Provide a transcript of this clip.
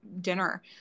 dinner